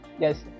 Yes